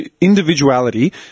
individuality